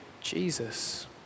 Jesus